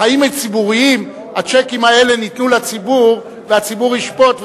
בחיים הציבוריים הצ'קים האלה ניתנו לציבור והציבור ישפוט.